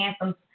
anthem